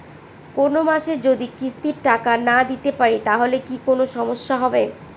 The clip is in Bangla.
কোনমাসে যদি কিস্তির টাকা না দিতে পারি তাহলে কি কোন সমস্যা হবে?